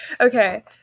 Okay